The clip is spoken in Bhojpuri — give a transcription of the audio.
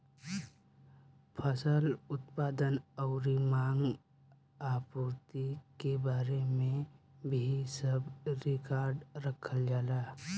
फसल उत्पादन अउरी मांग आपूर्ति के बारे में भी सब रिकार्ड रखल जाला